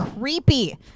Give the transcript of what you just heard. creepy